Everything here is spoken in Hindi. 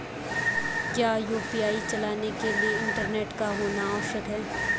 क्या यु.पी.आई चलाने के लिए इंटरनेट का होना आवश्यक है?